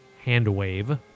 hand-wave